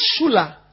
Shula